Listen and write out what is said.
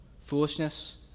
Foolishness